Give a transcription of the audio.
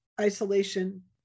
isolation